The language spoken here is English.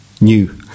new